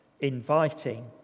inviting